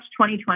2020